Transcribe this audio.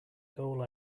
goal